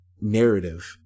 narrative